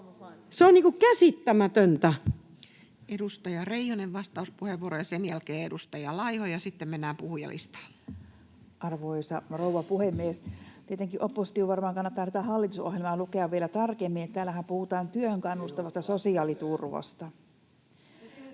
Se on käsittämätöntä. Edustaja Reijonen, vastauspuheenvuoro. — Ja sen jälkeen edustaja Laiho, ja sitten mennään puhujalistaan. Arvoisa rouva puhemies! Tietenkin opposition varmaan kannattaa tätä hallitusohjelmaa lukea vielä tarkemmin. Täällähän puhutaan työhön kannustavasta sosiaaliturvasta.